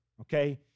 okay